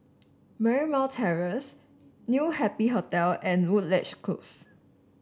Marymount Terrace New Happy Hotel and Woodleigh Close